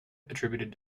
attributed